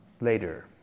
Later